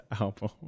album